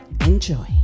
Enjoy